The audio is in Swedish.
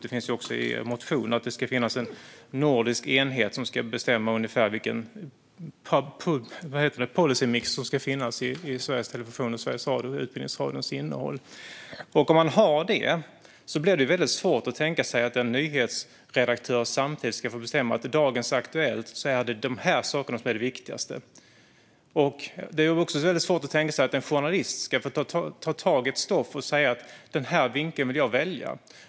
Detta finns ju också i motionen: att det ska finnas en nordisk enhet som ska bestämma ungefär vilken policymix som ska finnas i Sveriges Televisions, Sveriges Radios och Utbildningsradions innehåll. Om man har det blir det väldigt svårt att tänka sig att en nyhetsredaktör samtidigt ska få bestämma att det i dagens Aktuellt är dessa saker som är viktigast. Det är också väldigt svårt att tänka sig att en journalist ska få ta tag i ett stoff och säga: Den här vinkeln vill jag välja.